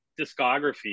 discography